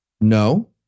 No